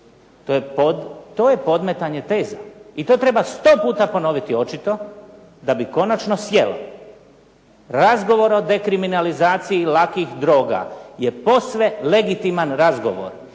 To je podmetanje teza i to treba sto puta ponoviti, očito, da bi konačno sjelo. Razgovor o dekriminalizaciji lakih droga je posve legitiman razgovor